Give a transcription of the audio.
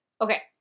Okay